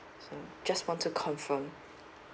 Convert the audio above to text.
as in just want to confirm